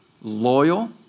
loyal